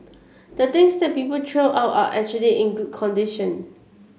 the things that people throw out are actually in good condition